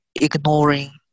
ignoring